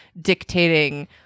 dictating